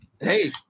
hey